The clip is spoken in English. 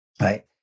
right